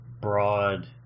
broad